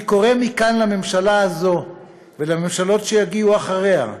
אני קורא מכאן לממשלה הזאת ולממשלות שיגיעו אחריה: